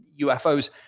UFOs